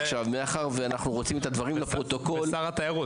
מאחר ואנחנו רוצים את הדברים לפרוטוקול --- גם שר התיירות,